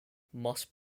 must